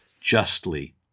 justly